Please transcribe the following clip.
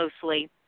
closely